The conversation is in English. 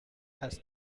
has